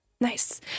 Nice